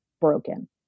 broken